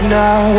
now